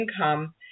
income